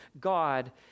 God